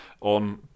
on